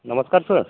नमस्कार सर